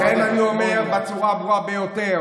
לכן אני אומר בצורה הברורה ביותר